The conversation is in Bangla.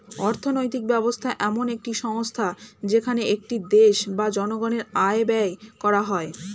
অর্থনৈতিক ব্যবস্থা এমন একটি সংস্থা যেখানে একটি দেশ বা জনগণের আয় ব্যয় করা হয়